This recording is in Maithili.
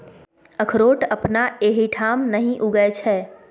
अकरोठ अपना एहिठाम नहि उगय छै